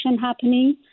happening